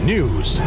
News